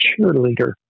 cheerleader